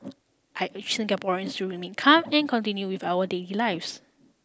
I urge Singaporeans to remain calm and continue with our daily lives